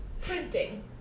printing